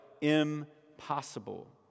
Impossible